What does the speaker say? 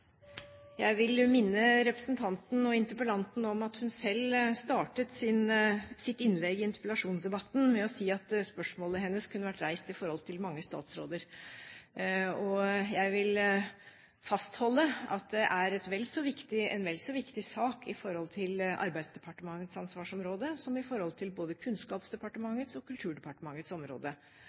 Jeg vil minne representanten, og interpellanten, om at hun selv startet sitt innlegg i interpellasjonsdebatten med å si at spørsmålet hennes kunne vært reist til mange statsråder. Jeg vil fastholde at dette er vel så viktig for Arbeidsdepartementets ansvarsområde som for Kunnskapsdepartementets og Kulturdepartementets område. Det er en sak som har flere sider, for det gjelder både brukere og